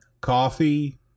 coffee